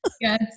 Yes